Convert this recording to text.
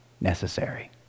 necessary